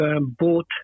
bought